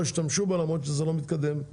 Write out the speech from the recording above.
השתמשו בה למרות שזה לא מתקדם לשום מקום.